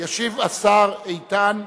ישיב השר איתן.